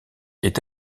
est